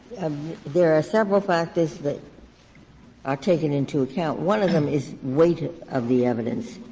there are several factors that are taken into account. one of them is weight of the evidence.